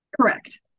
Correct